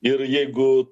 ir jeigu